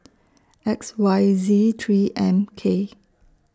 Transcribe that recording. X Y Z three M K